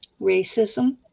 racism